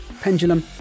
Pendulum